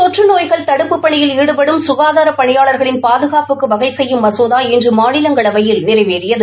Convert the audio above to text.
தொற்று நோய்கள் தடுப்புப் பணியில் ஈடுபடும் ககாதார பணியாளர்களின் பாதகாப்புக்கு வகை செய்யும் மசோதா இன்று மாநிலங்களவையில் நிறைவேறியது